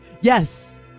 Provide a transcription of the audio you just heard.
Yes